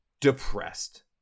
depressed